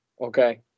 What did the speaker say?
Okay